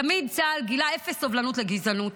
תמיד צה"ל גילה אפס סובלנות לגזענות,